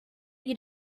you